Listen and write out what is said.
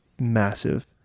massive